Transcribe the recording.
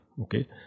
okay